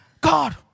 God